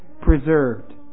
preserved